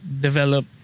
develop